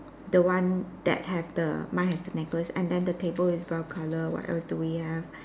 the one that have the mine has the necklace and then the table is brown color what else do we have